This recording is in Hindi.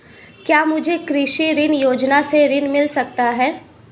क्या मुझे कृषि ऋण योजना से ऋण मिल सकता है?